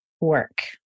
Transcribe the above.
work